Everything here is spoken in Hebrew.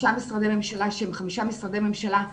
ממשלה שהם חמישה משרדי ממשלה רלוונטיים,